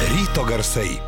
ryto garsai